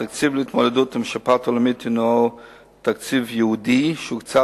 1. התקציב להתמודדות עם השפעת העולמית הוא תקציב ייעודי שהוקצה